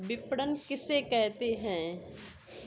विपणन किसे कहते हैं?